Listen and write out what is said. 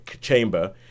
chamber